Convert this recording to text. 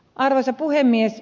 arvoisa puhemies